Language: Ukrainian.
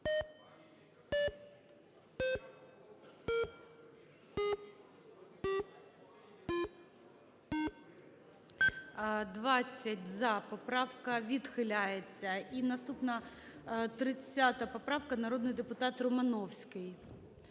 За-20 Поправка відхиляється. І наступна – 30 поправка. Народний депутатРомановський.